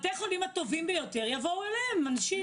בתי החולים הטובים ביותר, יבואו אליהם אנשים.